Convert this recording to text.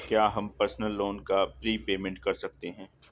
क्या हम personal loan का प्रीपेमेंट कर सकते हैं?